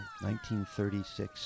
1936